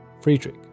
Friedrich